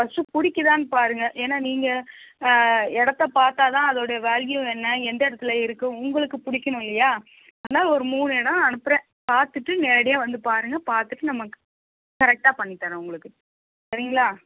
first பிடிக்கித்தான்னு பாருங்க ஏனால் நீங்கள் இடத்தப் பார்த்தாதான் அதோடைய வேல்யூ என்ன எந்த இடத்துல இருக்குது உங்களுக்கு பிடிக்கணும்ல்லையா ஆனால் ஒரு மூணு இடோம் அனுப்புகிறேன் பார்த்துட்டு நேரடியாக வந்து பாருங்க பார்த்துட்டு நம்ம க கரெக்டாக பண்ணி தரேன் உங்களுக்கு சரிங்களா